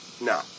no